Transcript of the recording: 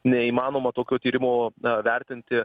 neįmanoma tokio tyrimo vertinti